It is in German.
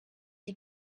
die